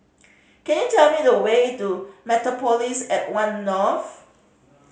can you tell me the way to Mediapolis at One North